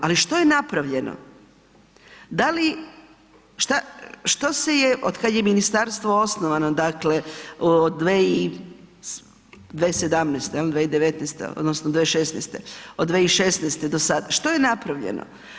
Ali što je napravljeno, da li, šta se je otkad je ministarstvo osnovano dakle od 2017., 2019., odnosno 2016. od 2016. do sada, što je napravljeno?